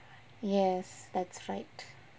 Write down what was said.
yes that's right